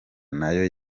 nayo